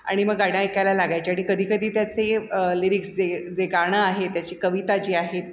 आणि मग गाणं ऐकायला लागायचे आणि कधी कधी त्याचे लिरिक्स जे जे गाणं आहे त्याची कविता जी आहेत